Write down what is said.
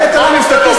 הבאת לנו סטטיסטיקה?